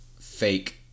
fake